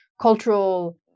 cultural